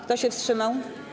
Kto się wstrzymał?